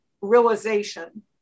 realization